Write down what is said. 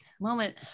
moment